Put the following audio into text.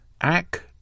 ack